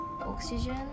oxygen